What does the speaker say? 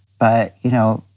but, you know,